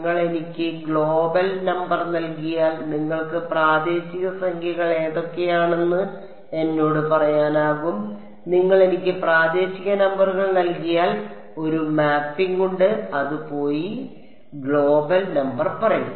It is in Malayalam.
നിങ്ങൾ എനിക്ക് ഗ്ലോബൽ നമ്പർ നൽകിയാൽ നിങ്ങൾക്ക് പ്രാദേശിക സംഖ്യകൾ ഏതൊക്കെയാണെന്ന് എന്നോട് പറയാനാകും നിങ്ങൾ എനിക്ക് പ്രാദേശിക നമ്പറുകൾ നൽകിയാൽ ഒരു മാപ്പിംഗ് ഉണ്ട് അത് പോയി ഗ്ലോബൽ നമ്പർ പറയും